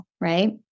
right